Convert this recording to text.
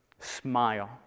Smile